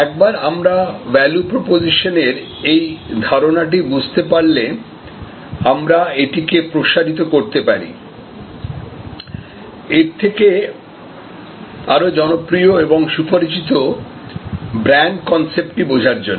একবার আমরা ভ্যালু প্রপজিশনের এই ধারণাটি বুঝতে পারলে আমরা এটিকে প্রসারিত করতে পারি এর থেকে আরো জনপ্রিয় এবং সুপরিচিত ব্র্যান্ড কনসেপ্ট টি বোঝার জন্য